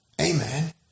Amen